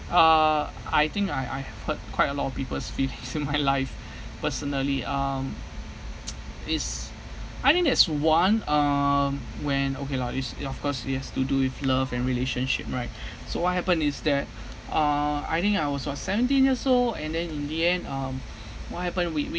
uh I think I I hurt quite a lot of people's feelings in my life personally um is I think there's one um when okay lah it's is of course it has to do with love and relationship right so what happened is that uh I think I was what seventeen years old and then in the end um what happened we we